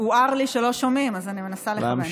הוער לי שלא שומעים, אז אני מנסה לכוון.